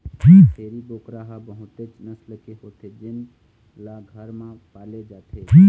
छेरी बोकरा ह बहुतेच नसल के होथे जेन ल घर म पाले जाथे